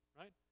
right